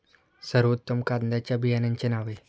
सर्वोत्तम कांद्यांच्या बियाण्यांची नावे?